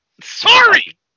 Sorry